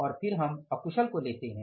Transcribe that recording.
और फिर हम अकुशल को लेते हैं